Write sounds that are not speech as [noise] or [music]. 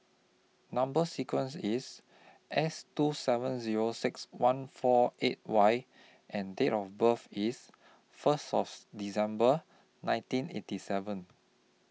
Number sequence IS S two seven Zero six one four eight Y and Date of birth IS First [unintelligible] December nineteen eighty seven